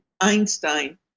Einstein